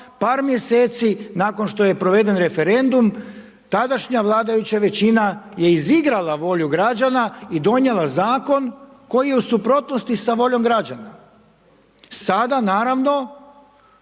par mjeseci nakon što je proveden referendum, tadašnja vladajuća većina je izigrala volju građana i donijela zakon koji je u suprotnosti sa voljom građana. Sada naravno